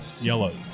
yellows